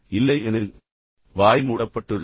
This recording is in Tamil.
இல்லையெனில் வாய் மூடியது